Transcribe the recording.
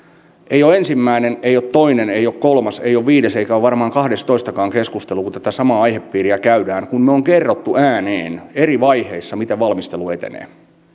ei ole ensimmäinen ei ole toinen ei ole kolmas ei ole viides eikä ole varmaan kahdestoistakaan keskustelu kun tätä samaa aihepiiriä käydään läpi kun me olemme kertoneet ääneen eri vaiheissa miten valmistelu etenee